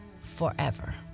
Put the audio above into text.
forever